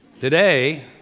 Today